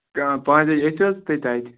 ٲں پانژھِ بَجہِ ٲسوٕ حظ تُہۍ تَتہِ